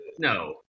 No